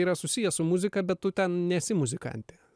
yra susiję su muzika bet tu ten nesi muzikantė